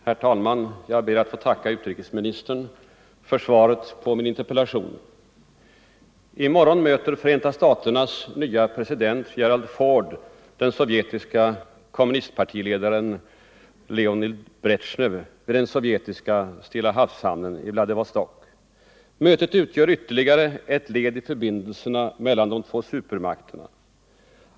Herr talman! Jag ber att få tacka utrikesministern för svaret på min interpellation. I morgon möter Förenta staternas nye president Gerald Ford den sovjetiska kommunistpartiledaren Leonid Bresjnev vid den sovjetiska Stillahavshamnen i Vladivostok. Mötet utgör ytterligare ett led i förbindelserna mellan de två supermakterna.